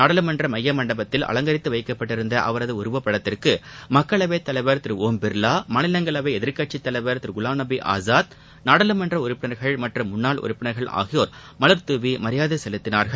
நாடாளுமன்ற மைய மண்டபத்தில் அலங்கரித்து வைக்கப்பட்டிருந்த அவரது உருவப்படத்திற்கு மக்களவைத் தலைவர் திரு ஓய்பிர்லா மாநிலங்களவை எதிர்க்கட்சித் தலைவர் திரு குலாம்நபி ஆசாத் நாடாளுமன்ற உறுப்பினர்கள் மற்றும் முன்னாள் உறுப்பினர்கள் ஆகியோர் மலர்துாவி மரியாதை செலுத்தினார்கள்